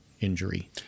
injury